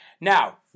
Now